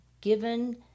given